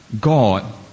God